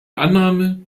annahme